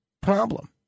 problem